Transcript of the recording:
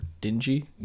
Dingy